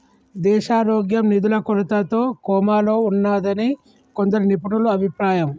దేశారోగ్యం నిధుల కొరతతో కోమాలో ఉన్నాదని కొందరు నిపుణుల అభిప్రాయం